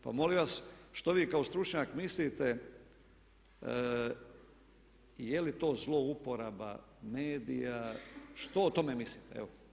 Pa molim vas, što vi kao stručnjak mislite je li to zlouporaba medija, što o tome mislite evo.